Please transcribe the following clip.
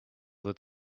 that